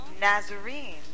Nazarene